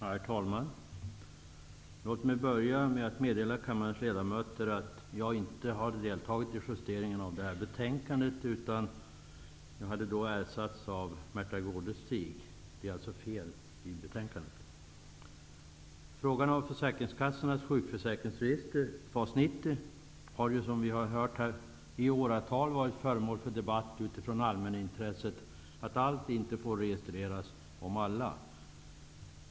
Herr talman! Låt mig börja med att meddela kammarens ledamöter att jag inte har deltagit i justeringen av detta betänkande. Jag hade vid det tillfället ersatts av Märtha Gårdestig. Det står alltså fel i betänkandet. FAS 90, har i åratal varit föremål för debatt utifrån allmänintresset att allt inte får registreras om alla.